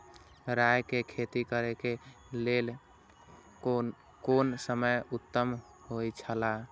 राय के खेती करे के लेल कोन समय उत्तम हुए छला?